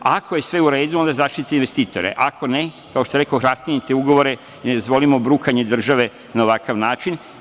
Ako je sve u redu, onda zaštiti investitore, ako ne, kao što rekoh, raskinite ugovore i da ne dozvolimo brukanje države na ovakav način.